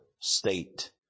state